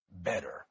better